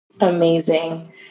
Amazing